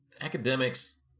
academics